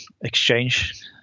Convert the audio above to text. exchange